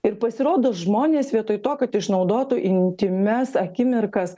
ir pasirodo žmonės vietoj to kad išnaudotų intymias akimirkas